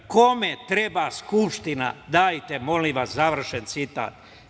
Kome treba Skupština, dajte molim vas", završen citat.